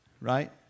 right